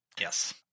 Yes